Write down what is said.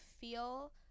feel